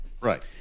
Right